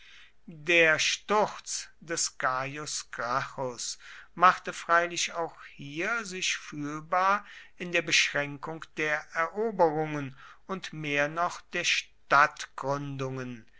der sturz des gaius gracchus machte freilich auch hier sich fühlbar in der beschränkung der eroberungen und mehr noch der stadtgründungen